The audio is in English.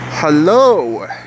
hello